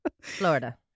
Florida